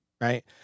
Right